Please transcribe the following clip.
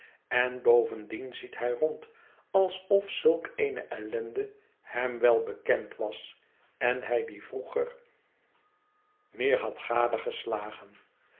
en bovendien ziet hij rond alsof zulk eene ellende hem wel bekend was en hij die vroeger meer had